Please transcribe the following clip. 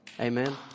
Amen